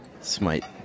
Smite